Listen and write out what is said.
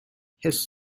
his